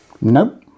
Nope